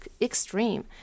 extreme